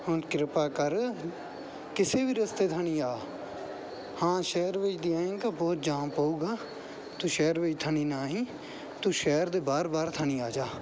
ਹੁਣ ਕਿਰਪਾ ਕਰ ਕਿਸੇ ਵੀ ਰਸਤੇ ਥਾਣੀ ਆ ਹਾਂ ਸ਼ਹਿਰ ਵਿੱਚ ਦੀ ਆਏਗਾ ਬਹੁਤ ਜਾਮ ਪਊਗਾ ਤੂੰ ਸ਼ਹਿਰ ਵਿੱਚ ਥਾਣੀ ਨਾ ਆਈ ਤੂੰ ਸ਼ਹਿਰ ਦੇ ਬਾਹਰ ਬਾਹਰ ਥਾਣੀ ਆ ਜਾ